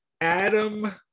Adam